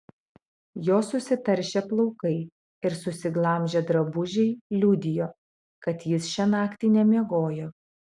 jo susitaršę plaukai ir susiglamžę drabužiai liudijo kad jis šią naktį nemiegojo